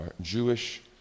Jewish